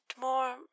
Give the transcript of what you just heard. more